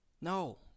No